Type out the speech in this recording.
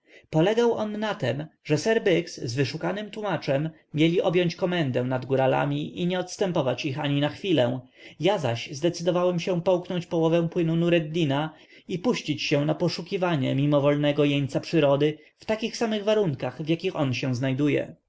on na tem że sir biggs z wyszukanym tłumaczem mieli objąć komendę nad góralami i nie odstępować ich ani na chwilę ja zaś zdecydowałem się połknąć połowę płynu nureddina i puścić się na poszukiwania mimowolnego jeńca przyrody w takich samych warunkach w jakich on się znajduje